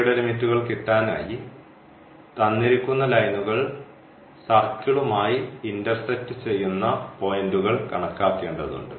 യുടെ ലിമിറ്റ്കൾ കിട്ടാനായി തന്നിരിക്കുന്ന ലൈനുകൾ സർക്കിളുമായി ഇൻറർസെക്ടറ്റ് ചെയ്യുന്ന പോയിന്റുകൾ കണക്കാക്കേണ്ടതുണ്ട്